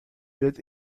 wird